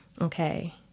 okay